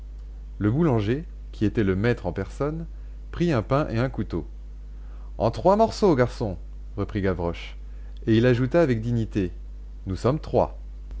le boulanger qui était le maître en personne prit un pain et un couteau en trois morceaux garçon reprit gavroche et il ajouta avec dignité nous sommes trois